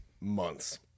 months